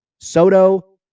Soto